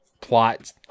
plot